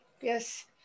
Yes